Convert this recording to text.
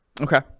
Okay